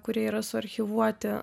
kurie yra suarchyvuoti